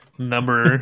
number